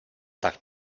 tak